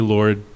Lord